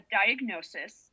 diagnosis